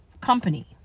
company